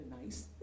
nice